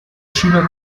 schüler